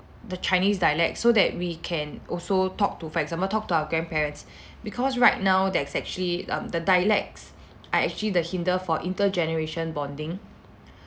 the chinese dialect so that we can also talk to for example talk to our grandparents because right now there's actually um the dialects are actually the hinder for inter generation bonding